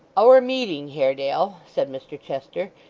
our meeting, haredale said mr chester,